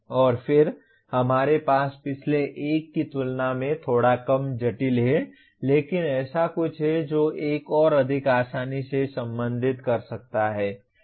और फिर हमारे पास पिछले एक की तुलना में थोड़ा कम जटिल है लेकिन ऐसा कुछ है जो एक और अधिक आसानी से संबंधित कर सकता है